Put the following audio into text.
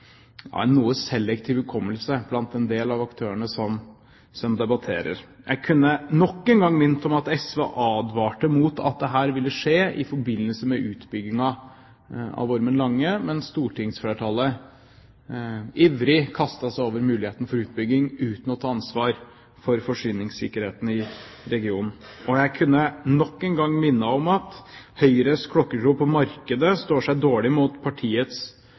en noe selektiv hukommelse blant en del av aktørene som debatterer. Jeg kunne nok en gang ha minnet om at SV advarte mot at dette ville skje i forbindelse med utbyggingen av Ormen Lange, men stortingsflertallet kastet seg ivrig over muligheten for utbygging uten å ta ansvar for forsyningssikkerheten i regionen. Og jeg kunne nok en gang minnet om at Høyres klokkertro på markedet står seg dårlig mot partiets